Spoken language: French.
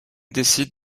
décide